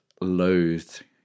loathed